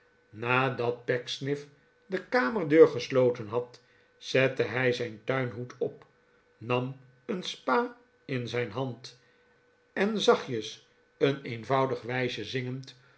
nadat pecksniff de kamerdeur gesloten had zette hij zijn tuinhoed op nam een spa in zijn hand en zachtjes een eenvoudig wijsje zingend